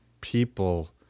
people